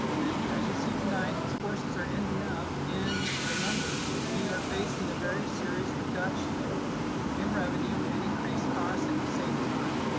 and as you'll see tonight, these forces are ending up in the numbers and we are facing a very serious reduction in revenue and increased costs at the same time.